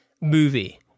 movie